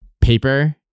paper